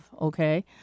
okay